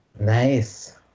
Nice